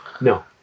No